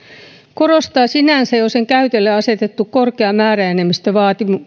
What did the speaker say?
korostaa sinänsä jo sen käytölle asetettu korkea määräenemmistövaatimus